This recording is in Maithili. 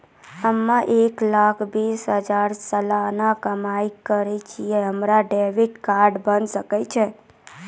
हम्मय एक लाख बीस हजार सलाना कमाई करे छियै, हमरो क्रेडिट कार्ड बने सकय छै?